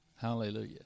Hallelujah